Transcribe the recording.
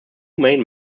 main